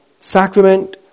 sacrament